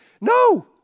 No